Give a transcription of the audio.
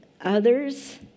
others